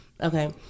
Okay